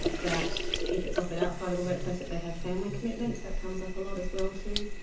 that, if it's offered outside of the workplace, that they have family commitments, that comes up a lot as well, too.